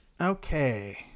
okay